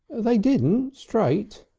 they didn't straight.